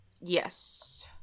Yes